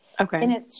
Okay